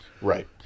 Right